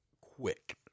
quick